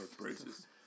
braces